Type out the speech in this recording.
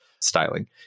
styling